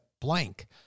blank